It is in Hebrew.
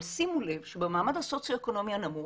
אבל שימו לב שבמעמד הסוציו-אקונומי הנמוך,